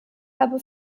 habe